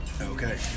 Okay